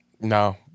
No